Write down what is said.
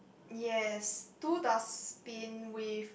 yes two dustbin with